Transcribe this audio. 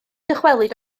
dychwelyd